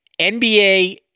NBA